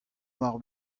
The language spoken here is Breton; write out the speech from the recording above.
mar